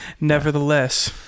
nevertheless